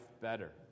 better